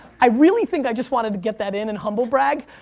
i really think i just wanted to get that in and humble brag,